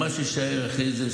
ומה שיישאר אחרי זה,